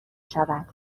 شود